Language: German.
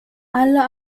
alle